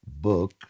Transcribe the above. book